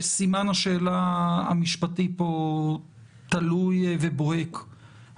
סימן-השאלה המשפטי פה תלוי ובוהק